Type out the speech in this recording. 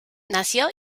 nació